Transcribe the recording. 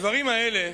הדברים האלה